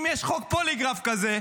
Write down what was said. אם יש חוק פוליגרף כזה,